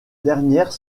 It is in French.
dernière